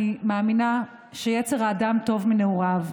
אני מאמינה שיצר האדם טוב מנעוריו,